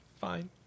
Fine